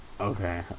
Okay